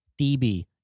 DB